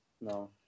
No